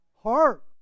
Heart